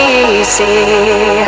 easy